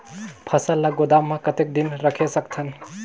फसल ला गोदाम मां कतेक दिन रखे सकथन?